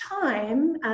time